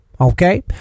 okay